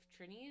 Trinis